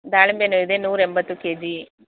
ದಾಳಿಂಬೆಯೂ ಇದೆ ನೂರಾ ಎಂಬತ್ತು ಕೆಜಿ